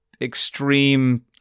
extreme